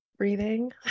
breathing